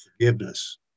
forgiveness